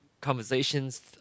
conversations